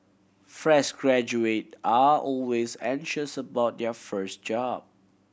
fresh graduate are always anxious about their first job